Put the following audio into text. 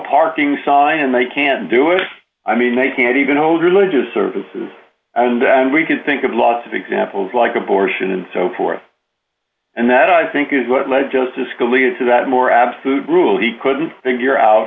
parking sign and they can do it i mean they can't even hold religious services and we can think of a lot of examples like abortion and so forth and that i think is what led justice scalia to that more absolute rule he couldn't figure out